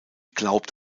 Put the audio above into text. glaubt